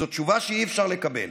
זו תשובה שאי-אפשר לקבל.